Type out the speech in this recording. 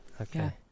Okay